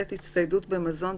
(ב)הצטיידות במזון,